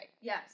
Yes